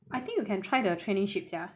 I think you can try the traineeship sia